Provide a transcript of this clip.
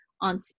on